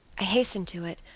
i hastened to it,